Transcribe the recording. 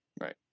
Right